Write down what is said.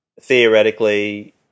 theoretically